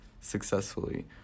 successfully